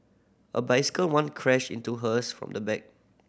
a bicycle once crashed into hers from the back